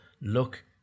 look